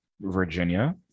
Virginia